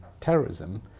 terrorism